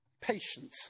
patient